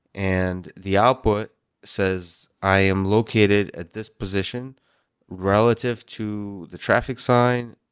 and the output says, i am located at this position relative to the traffic sign,